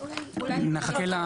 נחכה.